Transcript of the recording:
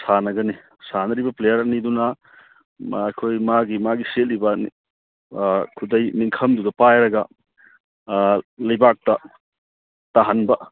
ꯁꯥꯟꯅꯒꯅꯤ ꯁꯥꯟꯅꯔꯤꯕ ꯄ꯭ꯂꯦꯌꯥꯔ ꯑꯗꯨꯅ ꯑꯩꯈꯣꯏ ꯃꯥꯒꯤ ꯃꯥꯒꯤ ꯁꯦꯠꯂꯤꯕ ꯈꯨꯗꯩ ꯅꯤꯡꯈꯝꯗꯨꯗ ꯄꯥꯏꯔꯒ ꯂꯩꯕꯥꯛꯇ ꯇꯥꯍꯟꯕ